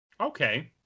Okay